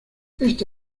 esta